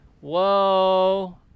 Whoa